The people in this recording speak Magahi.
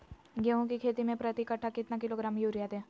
गेंहू की खेती में प्रति कट्ठा कितना किलोग्राम युरिया दे?